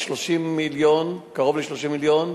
30 מיליון, קרוב ל-30 מיליון,